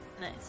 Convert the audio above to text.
Nice